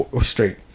straight